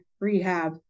rehab